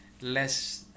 less